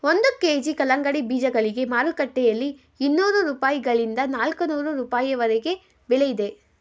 ಒಂದು ಕೆ.ಜಿ ಕಲ್ಲಂಗಡಿ ಬೀಜಗಳಿಗೆ ಮಾರುಕಟ್ಟೆಯಲ್ಲಿ ಇನ್ನೂರು ರೂಪಾಯಿಗಳಿಂದ ನಾಲ್ಕನೂರು ರೂಪಾಯಿವರೆಗೆ ಬೆಲೆ ಇದೆ